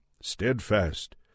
steadfast